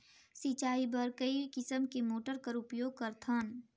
सिंचाई बर कई किसम के मोटर कर उपयोग करथन?